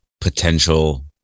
potential